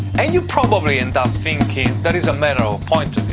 and you probably end up thinking that is a matter of point of